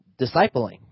discipling